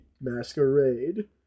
masquerade